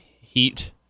heat